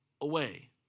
away